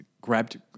grabbed